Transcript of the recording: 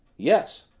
yes.